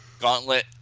Gauntlet